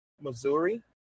Missouri